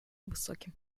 высоким